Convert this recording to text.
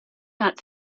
not